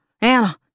Anna